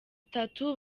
itatu